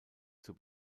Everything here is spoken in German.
zur